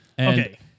Okay